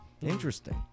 Interesting